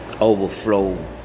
overflow